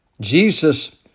Jesus